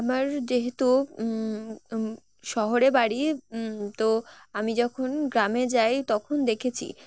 আমার যেহেতু শহরে বাড়ি তো আমি যখন গ্রামে যাই তখন দেখেছি